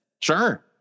sure